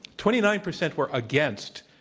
twenty nine percent were against,